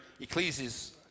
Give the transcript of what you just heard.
Ecclesiastes